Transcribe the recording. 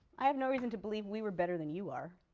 i have no reason to believe we were better than you are.